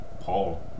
Paul